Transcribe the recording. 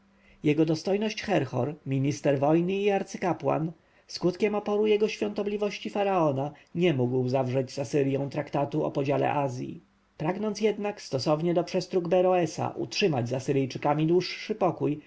jego dostojność herhor minister wojny i arcykapłan skutkiem oporu jego świątobliwości faraona nie mógł zawrzeć z asyrją traktatu o podział azji pragnąc jednak stosownie do przestróg beroesa utrzymać z asyryjczykami dłuższy spokój